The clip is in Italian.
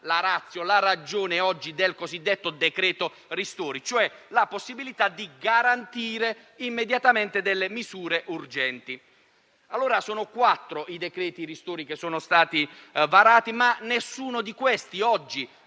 la *ratio* oggi del cosiddetto decreto ristori, cioè la possibilità di garantire immediatamente delle misure urgenti. Sono quattro i decreti-legge ristori che sono stati emanati, ma nessuno di questi oggi